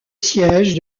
siège